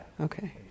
Okay